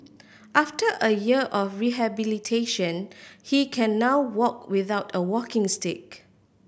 after a year of rehabilitation he can now walk without a walking stick